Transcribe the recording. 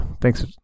Thanks